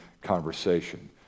conversation